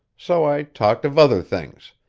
so i talked of other things,